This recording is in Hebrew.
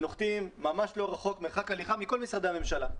ונוחתים ממש לא רחוק מרחק הליכה מכל משרדי הממשלה.